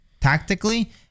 tactically